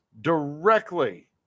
directly